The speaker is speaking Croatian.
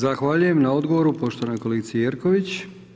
Zahvaljujem na odgovoru poštovanoj kolegi Jerković.